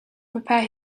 prepare